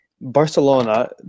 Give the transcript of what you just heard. Barcelona